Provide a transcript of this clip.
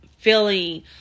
feeling